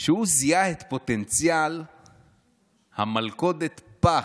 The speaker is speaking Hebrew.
שהוא זיהה את פוטנציאל המלכודת פח,